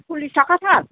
सललिस थाखा थार